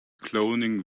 cloning